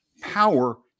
power